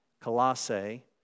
Colossae